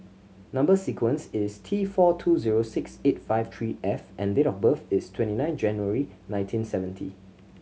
number sequence is T four two zero six eight five three F and date of birth is twenty nine January nineteen seventy